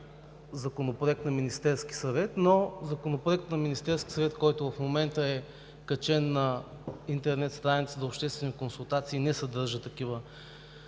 законопроект на Министерския съвет, но Законопроектът на Министерския съвет, който в момента е качен на интернет страницата за обществени консултации, не съдържа такива